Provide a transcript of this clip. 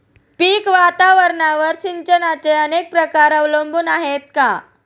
पीक वातावरणावर सिंचनाचे अनेक प्रकार अवलंबून आहेत का?